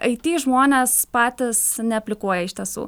it žmonės patys neaplikuoja iš tiesų